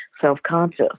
self-conscious